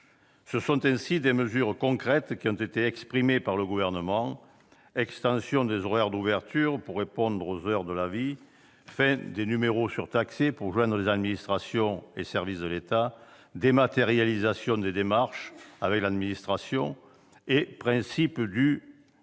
Ce sont ainsi des mesures concrètes qui ont été annoncées par le Gouvernement : extension des horaires d'ouverture pour les faire correspondre au rythme de la vie, fin des numéros surtaxés pour joindre les administrations et services de l'État, dématérialisation des démarches avec l'administration, principe du «